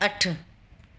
अठ